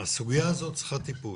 שהסוגייה הזאת צריכה טיפול.